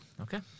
Okay